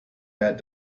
that